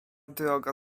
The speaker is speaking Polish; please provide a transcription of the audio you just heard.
droga